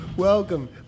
Welcome